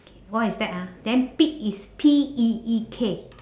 what is that ah then peek is P E E K